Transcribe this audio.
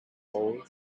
bowl